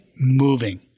moving